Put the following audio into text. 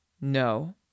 No